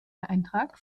eintrag